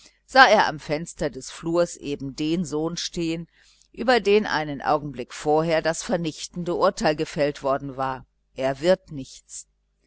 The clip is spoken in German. sah er am fenster des korridors eben den sohn stehen über den einen augenblick vorher das vernichtende urteil gefällt war er wird nichts